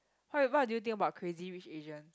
what what do you think about Crazy-Rich-Asians